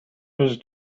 his